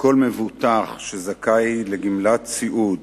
שכל מבוטח שזכאי לגמלת סיעוד